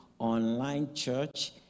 onlinechurch